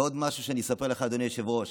ועוד משהו אני אספר לך, אדוני היושב-ראש,